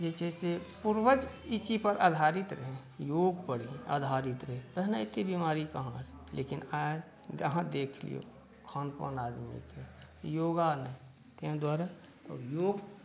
जे छै से पूर्वज ई चीजपर आधारित रहै योगपर आधारित रहै पहिने एतेक बीमारी कहाँ लेकिन आइ अहाँ देख लियौ खान पान आदमीके योग नहि तैँ दुआरे योगके